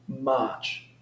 march